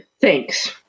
Thanks